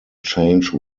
change